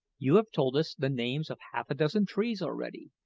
you have told us the names of half-a-dozen trees already,